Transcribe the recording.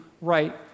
right